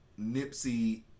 Nipsey